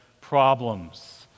problems